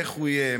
איך הוא יהיה,